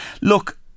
Look